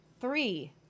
three